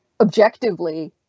objectively